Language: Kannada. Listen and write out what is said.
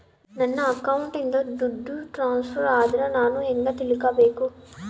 ನನ್ನ ಅಕೌಂಟಿಂದ ದುಡ್ಡು ಟ್ರಾನ್ಸ್ಫರ್ ಆದ್ರ ನಾನು ಹೆಂಗ ತಿಳಕಬೇಕು?